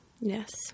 Yes